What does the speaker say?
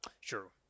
Sure